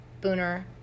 Booner